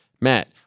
Matt